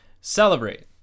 celebrate